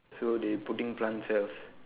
so they putting plant cells